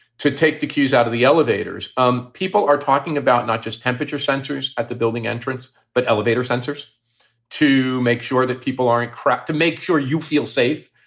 to take the queues out of the elevators. um people are talking about not just temperature sensors at the building entrance, but elevator sensors to make sure that people are incorrect, to make sure you feel safe.